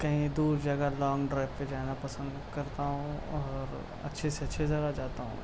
کہیں دور جگہ لانگ ڈرائیو پر جانا پسند کرتا ہوں اور اچھے سے اچھی جگہ جاتا ہوں